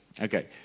Okay